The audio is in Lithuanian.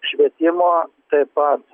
švietimo taip pat